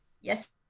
Yes